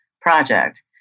project